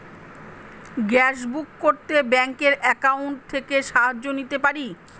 Gas book করতে ব্যাংকের account থেকে সাহায্য নিতে পারি?